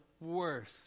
worse